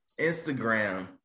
Instagram